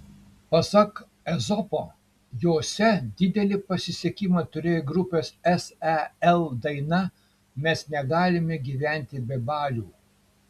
pasak ezopo jose didelį pasisekimą turėjo grupės sel daina mes negalime gyventi be balių